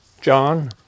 John